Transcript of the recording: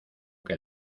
que